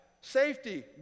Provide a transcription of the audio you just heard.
Safety